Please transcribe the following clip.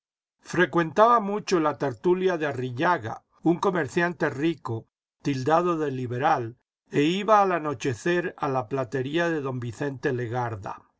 frecuentaba mucho la tertulia de arrillaga un comerciante rico tildado de liberal e iba al anochecer a la platería de don vicente legarda